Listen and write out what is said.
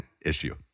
issue